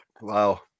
Wow